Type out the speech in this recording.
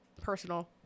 Personal